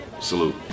salute